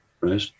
right